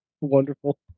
wonderful